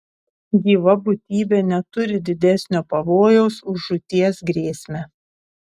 gyva būtybė neturi didesnio pavojaus už žūties grėsmę